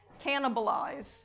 cannibalize